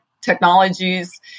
technologies